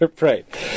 Right